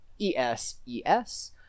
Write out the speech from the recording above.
E-S-E-S